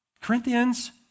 Corinthians